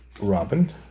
Robin